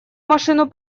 машину